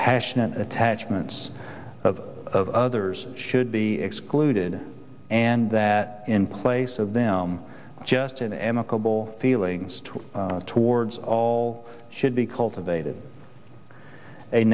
passionate attachments of others should be excluded and that in place of them just an amicable feelings towards all should be cultivated a